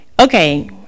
Okay